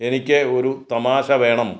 എനിക്ക് ഒരു തമാശ വേണം